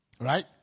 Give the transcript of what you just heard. Right